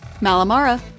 Malamara